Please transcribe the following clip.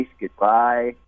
goodbye